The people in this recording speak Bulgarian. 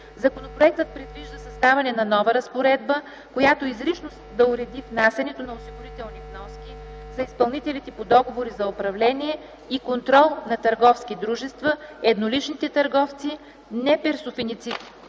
Законопроектът предвижда създаването на нова разпоредба, която изрично да уреди внасянето на осигурителни вноски за изпълнителите по договори за управление и контрол на търговски дружества, едноличните търговци, неперсонифицираните